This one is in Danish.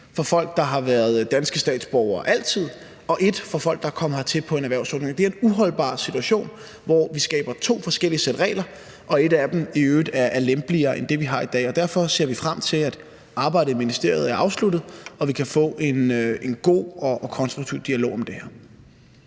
for folk, der har været danske statsborgere altid, og et for folk, der er kommet hertil på en erhvervsordning. Det er en uholdbar situation, hvor vi skaber to forskellige sæt regler, og hvor et af dem i øvrigt er lempeligere end det, vi har i dag. Derfor ser vi frem til, at arbejdet i ministeriet er afsluttet og vi kan få en god og konstruktiv dialog om det her.